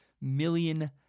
million